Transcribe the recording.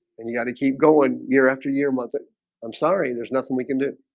and you got to keep going year after year month it i'm sorry. there's nothing we can do